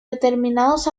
determinados